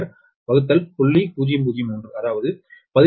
003 அதாவது 17